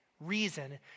reason